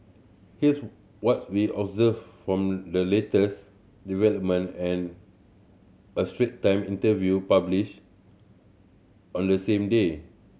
here's what we observed from the latest development and a Strait Time interview published on the same day